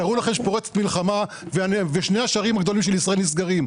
תארו לכם שפורצת מלחמה ושני השערים הגדולים של ישראל נסגרים.